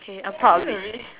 okay I'm proud of it